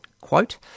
quote